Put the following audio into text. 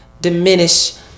diminish